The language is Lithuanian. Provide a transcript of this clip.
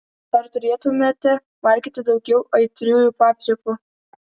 ar turėtumėte valgyti daugiau aitriųjų paprikų